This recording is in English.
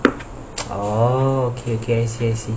oh okay okay I see I see